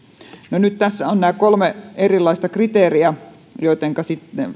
nyt tässä on nämä kolme erilaista kriteeriä joittenka